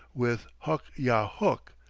with huk yah huk.